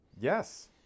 Yes